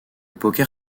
poker